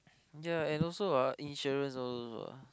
ya and also ah insurance all those also